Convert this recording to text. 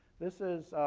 this is